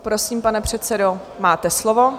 Prosím, pane předsedo, máte slovo.